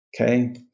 Okay